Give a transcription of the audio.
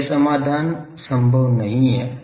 तो यह समाधान संभव नहीं है